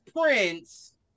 Prince